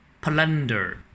Plunder